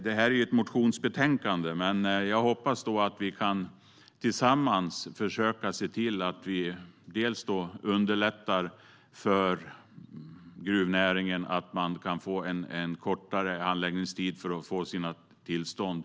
Det här är ett motionsbetänkande. Men jag hoppas att vi tillsammans kan försöka se till att vi underlättar för gruvnäringen, så att man kan få en kortare handläggningstid för att få sina tillstånd.